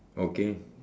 okay